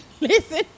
listen